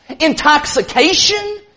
intoxication